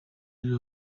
rero